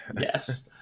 Yes